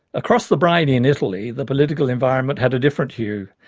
across the briny in italy the political environment had a different hue.